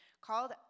called